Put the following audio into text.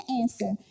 answer